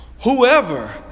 Whoever